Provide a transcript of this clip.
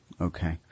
Okay